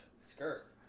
Skirt